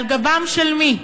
על גבם של מי?